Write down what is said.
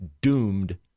doomed